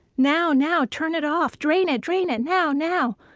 now! now! turn it off! drain it, drain it! now! now!